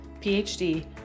PhD